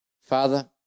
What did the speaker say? Father